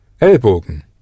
ellbogen